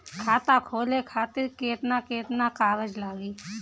खाता खोले खातिर केतना केतना कागज लागी?